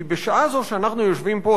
כי בשעה זו שאנחנו יושבים פה,